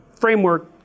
framework